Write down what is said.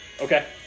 okay